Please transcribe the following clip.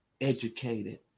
educated